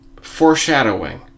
foreshadowing